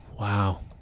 Wow